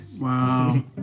Wow